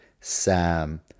Sam